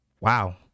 Wow